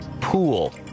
pool